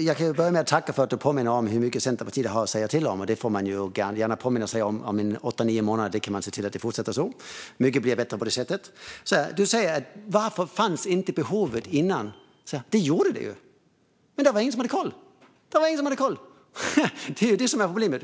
jag kan tacka för att du påminner om hur mycket Centerpartiet har att säga till om. Det får man gärna påminna sig om. Om åtta nio månader kan man se till att det fortsätter så. Mycket blir bättre på det sättet. Du säger: Varför fanns inte behovet innan? Men det gjorde det ju! Det var bara ingen som hade koll. Det är ju det som är problemet.